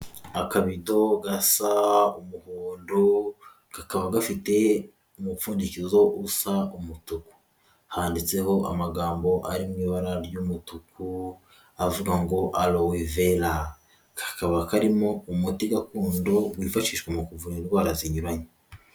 Akabito gasa umuhondo kakaba gafite umupfundikizo usa umutuku, handitseho amagambo ari mu ibara ry'umutuku avuga ngo Aloe Vera. Kakaba karimo umuti gakondo wifashishwa mu kuvura indwara zinyuranye.